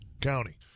county